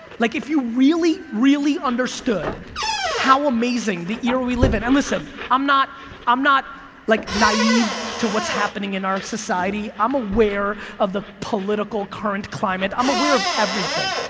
like if you really, really understood how amazing the era we live in and listen, i'm not i'm not like naive to what's happening in our society, i'm aware of the political current climate, i'm aware of everything.